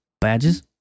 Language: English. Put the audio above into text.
Badges